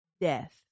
death